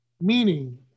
Meaning